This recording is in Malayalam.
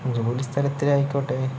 ജോലി സ്ഥലത്തിലായിക്കോട്ടെ